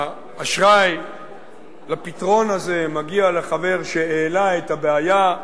האשראי לפתרון הזה מגיע לחבר שהעלה את הבעיה,